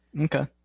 okay